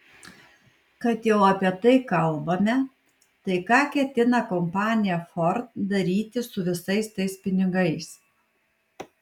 kad jau apie tai kalbame tai ką ketina kompanija ford daryti su visais tais pinigais